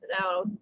now